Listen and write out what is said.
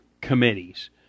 committees